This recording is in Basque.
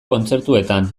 kontzertutan